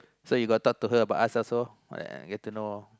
so you got talk to her about us also you get to know